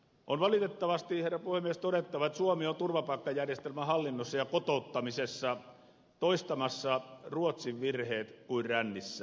on valitettavasti herra puhemies todettava että suomi on turvapaikkajärjestelmän hallinnossa ja kotouttamisessa toistamassa ruotsin virheet kuin rännissä